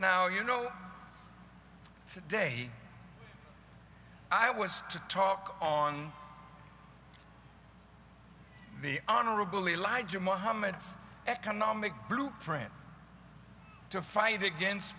now you know today i was to talk on the honorable elijah muhammad's economic blueprint to fight against